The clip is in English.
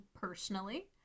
personally